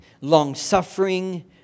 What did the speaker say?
long-suffering